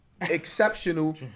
exceptional